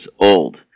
old